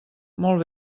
molt